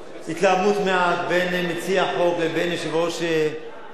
התלהמות מעט, בין מציע החוק לבין היושב-ראש וחזרה,